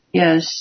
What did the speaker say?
yes